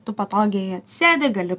tu patogiai sėdi gali